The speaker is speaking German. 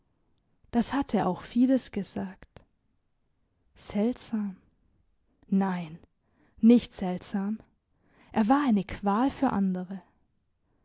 das hatte auch fides gesagt seltsam nein nicht seltsam er war eine qual für andere